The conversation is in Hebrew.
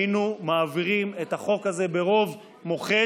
היינו מעבירים את החוק הזה ברוב מוחץ.